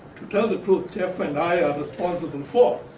to tell the truth, jeff and i are responsible for,